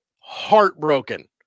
heartbroken